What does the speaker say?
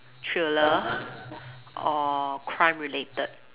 thriller or crime related